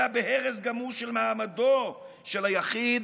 אלא בהרס גמור של מעמדו של היחיד